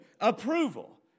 approval